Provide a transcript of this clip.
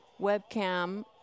webcam